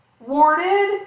Warded